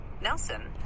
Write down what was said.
Nelson